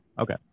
Okay